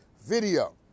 video